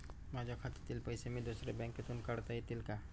माझ्या खात्यातील पैसे मी दुसऱ्या बँकेतून काढता येतील का?